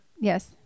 Yes